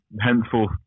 henceforth